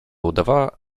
udawała